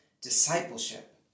discipleship